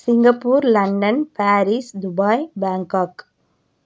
Singapore London Paris Dubai Bangkok